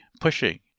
pushing